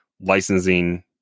licensing